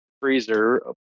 freezer